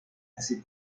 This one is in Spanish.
así